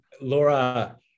Laura